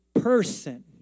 person